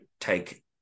take –